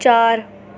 چار